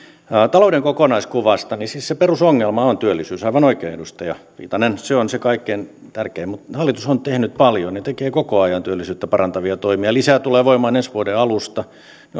talouden kokonaiskuvasta siis se perusongelma on työllisyys aivan oikein edustaja viitanen se on se kaikkein tärkein mutta hallitus on tehnyt paljon ja tekee koko ajan työllisyyttä parantavia toimia ja lisää tulee voimaan ensi vuoden alusta ne ovat